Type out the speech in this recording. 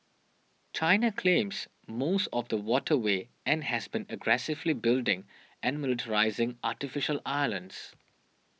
China claims most of the waterway and has been aggressively building and militarising artificial islands